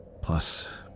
Plus